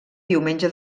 diumenge